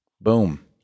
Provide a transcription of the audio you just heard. Boom